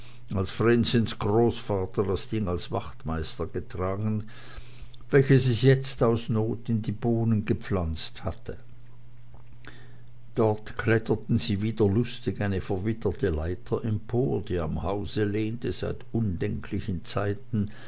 als vrenchens großvater das ding als wachtmeister getragen welches es jetzt aus not in die bohnen gepflanzt hatte dort kletterten sie wieder lustig eine verwitterte leiter empor die am hause lehnte seit undenklichen zeiten